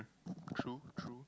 true true